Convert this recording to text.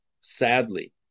sadly